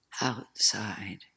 outside